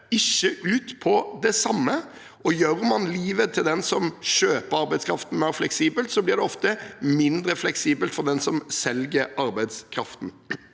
ikke ut på det samme. Gjør man livet til den som kjøper arbeidskraften, mer fleksibelt, blir det ofte mindre fleksibelt for den som selger arbeidskraften.